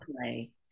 play